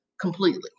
completely